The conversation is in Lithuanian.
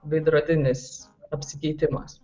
veidrodinis apsikeitimas